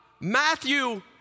Matthew